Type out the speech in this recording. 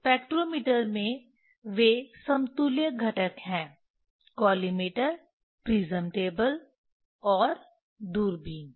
spectrometer में वे समतुल्य घटक हैं कॉलिमेटर प्रिज्म टेबल और दूरबीन